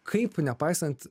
kaip nepaisant